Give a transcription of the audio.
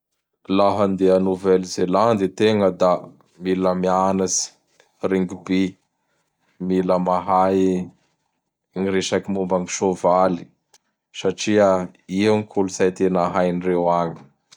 Laha andeha a Nouvel Zeland ategna da mila mianatsy Rugby. Mila mahay gny resaky momban sôvaly satria io gn kolotsay tena haindreo agny.